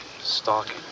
Stalking